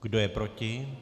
Kdo je proti?